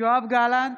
יואב גלנט,